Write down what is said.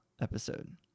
episode